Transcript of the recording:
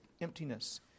emptiness